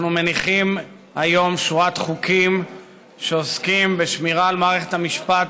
אנחנו מניחים היום שורת חוקים שעוסקים בשמירה על מערכת המשפט,